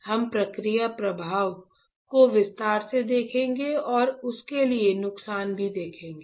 हम प्रक्रिया प्रवाह को विस्तार से देखेंगे और उसके लिए नुस्खा भी देखेंगे